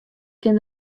kin